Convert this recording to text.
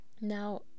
Now